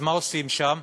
אז מה עושים שם?